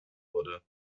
wurde